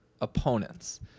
opponents